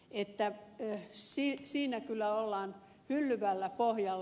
että siinä kyllä ollaan hyllyvällä pohjalla